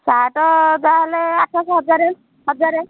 shirt ଯାହା ହେଲେ ଆଠଶହ ହଜାରେ ହଜାରେ